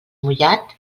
mullat